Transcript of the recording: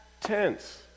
tense